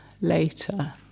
later